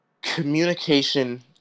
Communication